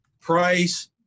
price